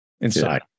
inside